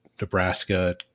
Nebraska